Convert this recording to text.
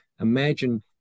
Imagine